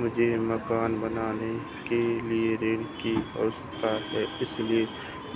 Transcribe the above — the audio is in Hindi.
मुझे मकान बनाने के लिए ऋण की आवश्यकता है इसलिए